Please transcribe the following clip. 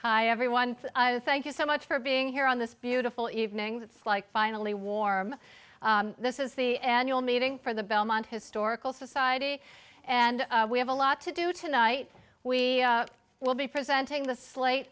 hi everyone thank you so much for being here on this beautiful evening that's like finally warm this is the annual meeting for the belmont historical society and we have a lot to do tonight we will be presenting the slate